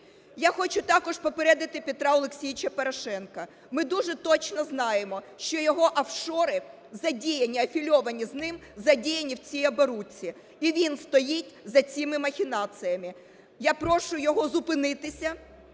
Я хочуть також попередити Петра Олексійовича Порошенка, ми дуже точно знаємо, що його офшори, задіяні, афілійовані з ним, задіяні в цій оборудці і він стоїть за цими махінаціями. Я прошу його зупинитися